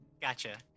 gotcha